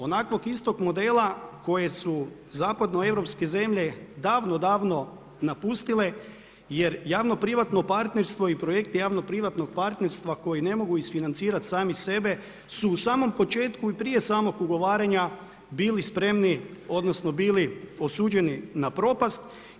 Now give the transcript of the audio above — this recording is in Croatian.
Onakvog istog modela, koje su zapadno europske zemlje, davno, davno napustile, jer javno privatno partnerstvo i projekti javno privatnog partnerstva, koji ne mogu isfinancirati sami sebe, su u samom početku i prije samog ugovaranja, bili spremni, odnosno, bili osuđeni na propast.